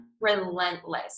Relentless